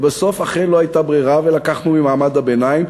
ובסוף אכן לא הייתה ברירה ולקחנו ממעמד הביניים.